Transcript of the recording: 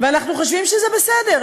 ואנחנו חושבים שזה בסדר.